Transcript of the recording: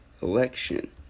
election